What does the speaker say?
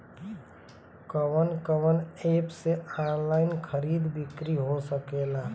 कवन कवन एप से ऑनलाइन खरीद बिक्री हो सकेला?